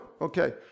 Okay